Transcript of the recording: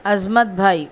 عظمت بھائی